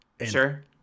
Sure